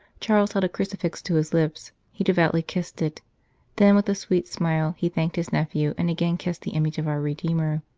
charles held a crucifix to his lips he devoutly kissed it then, with a sweet smile, he thanked his nephew and again kissed the image of our redeemer.